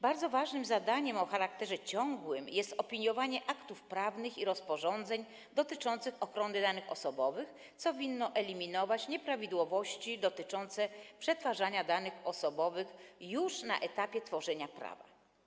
Bardzo ważnym zadaniem o charakterze ciągłym jest opiniowanie aktów prawnych i rozporządzeń dotyczących ochrony danych osobowych, co winno eliminować nieprawidłowości dotyczące przetwarzania danych osobowych już na etapie tworzenia prawa.